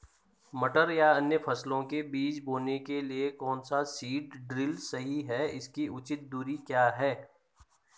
मटर या अन्य फसलों के बीज बोने के लिए कौन सा सीड ड्रील सही है इसकी उचित दूरी क्या है?